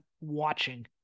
watching